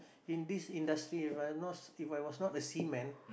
in this industry If I was not a seaman